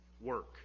work